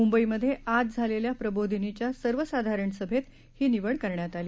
मुंबईमध्ये आज झालेल्या प्रबोधिनीच्या सर्वसाधारण सभेत ही निवड करण्यात आली